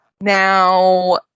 Now